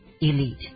elite